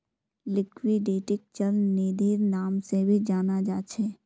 लिक्विडिटीक चल निधिर नाम से भी जाना जा छे